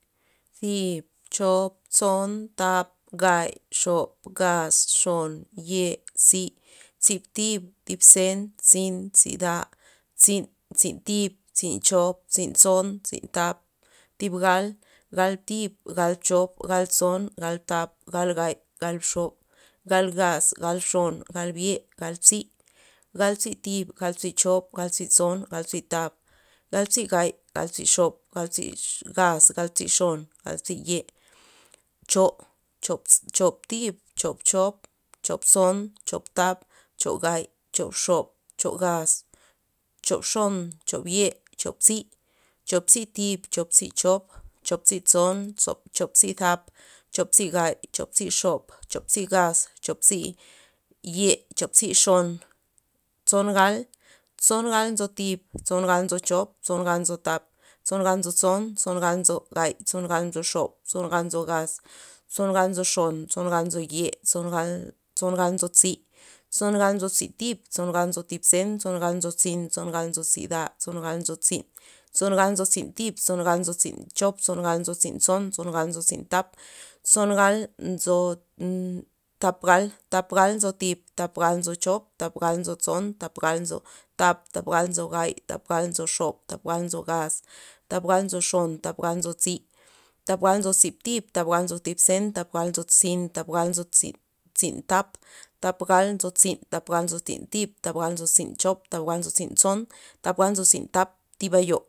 Thib chop tson thap gay xop gaz xon yei tzi tzi thib thib zen tzin tzida tzin' tzin thib tzin chop tzin tson tzin thap thib gal gal thib gal chop gal tson gal thap gal gay gal xop gal gaz gal xon gal ye gal tzii gal tzii thib gal tzii chop gal tzii tson gal tzii thap gal tzii gay gal tzii xop gal tzii gaz gal tzii xon gal tzii ye choo chops- choo thib chop chop choo tson choo thap choo gay choo xop choo gaz choo xon choo yei choo tzii choop tzii tzib choop tzii chop choop tzii tson choop tzii thap choop tzii gay choop tzii xop choop tzii gaz choop tzii yei choop tzii xon tson gala tson gala nzo thib tson gala nzo chop tson gala nzo thap tson gala nzo tson tson gala nzo gay tson gala nzo xop tson gala nzo gaz tson gala nzo xon tson gala nzo yei tson gala tson gala nzo tzi tson gala tso tzi thib tson gala tso thib zen tson gala tso tzin' tson gala tso zida tson gala tso tzin tson gala tso tzin thib tson gala tso tzin chop tson gala tso tzin tson tson gala tso tzin tap tson gala tso tap gal tap gal nzo thib tap gal nzo chop tap gal nzo tson tap gal nzo thap tap gal nzo gay tap gal nzo xop tap gal nzo gaz tap gal nzo xon tap gal nzo tzi tap gal nzo tzin thib tap gal nzo thib zen tap gal nzo tzin' tap gal nzo tziin- tziin thap tap gal nzo tzin tap gal nzo tziin thib tap gal nzo tziin chop tap gal nzo tziin tson tap gal nzo tziin thap thib eyo